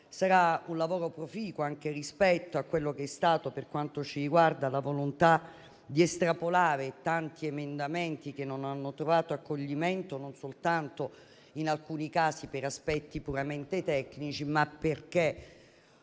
un lavoro proficuo anche rispetto a quella che è stata la volontà di estrapolare tanti emendamenti che non hanno trovato accoglimento, non soltanto in alcuni casi per aspetti puramente tecnici, ma anche